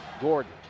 Gordon